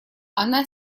она